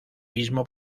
mismo